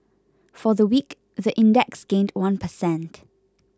for the week the index gained one per cent